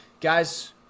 guys